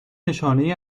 نشانهای